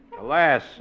Alas